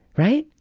right?